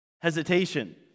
Hesitation